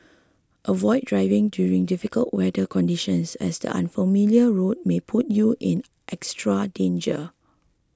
avoid driving during difficult weather conditions as the unfamiliar roads may put you in extra danger